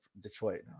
Detroit